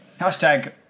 Hashtag